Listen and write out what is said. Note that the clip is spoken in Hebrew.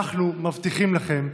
אנחנו מבטיחים לכם,